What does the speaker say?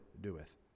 doeth